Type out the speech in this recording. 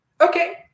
Okay